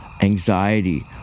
anxiety